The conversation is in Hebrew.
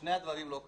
שני הדברים לא קרו.